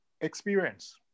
experience